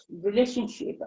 relationship